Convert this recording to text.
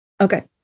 Okay